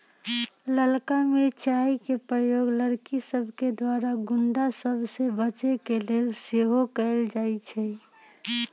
ललका मिरचाइ के प्रयोग लड़कि सभके द्वारा गुण्डा सभ से बचे के लेल सेहो कएल जाइ छइ